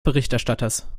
berichterstatters